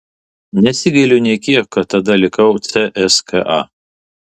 nesigailiu nė kiek kad tada likau cska